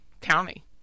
county